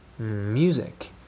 music